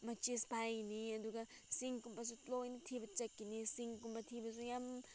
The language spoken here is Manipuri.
ꯃꯦꯠꯆꯦꯁ ꯄꯥꯏꯒꯅꯤ ꯑꯗꯨꯒ ꯁꯤꯡꯒꯨꯝꯕꯁꯨ ꯂꯣꯏꯅ ꯊꯤꯕ ꯆꯠꯀꯅꯤ ꯁꯤꯡꯒꯨꯝꯕ ꯊꯤꯕꯁꯨ ꯌꯥꯝ